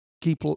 keep